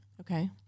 Okay